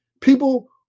People